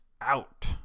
out